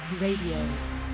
Radio